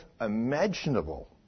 imaginable